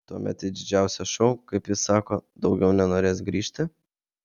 tuomet į didžiausią šou kaip jis sako daugiau nenorės grįžti